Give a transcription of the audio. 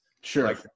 Sure